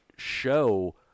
Show